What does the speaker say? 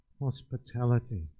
hospitality